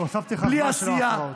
הוספתי לך זמן של ההפרעות.